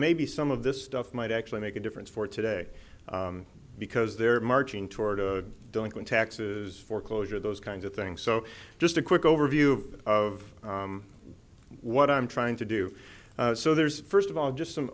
maybe some of this stuff might actually make a difference for today because they're marching toward a delinquent taxes foreclosure those kinds of things so just a quick overview of what i'm trying to do so there's first of all just some